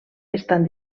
estan